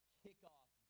kickoff